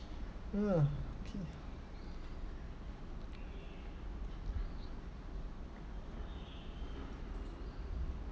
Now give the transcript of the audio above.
ya okay